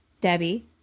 Debbie